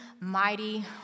mighty